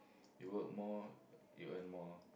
you work more you earn more